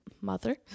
mother